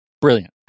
Brilliant